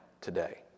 today